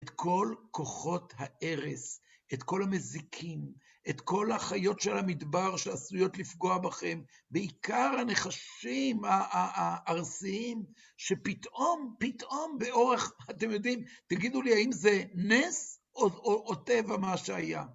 את כל כוחות ההרס, את כל המזיקים, את כל החיות של המדבר שעשויות לפגוע בכם, בעיקר הנחשים הארסיים, שפתאום, פתאום, באורך, אתם יודעים, תגידו לי, האם זה נס או טבע מה שהיה?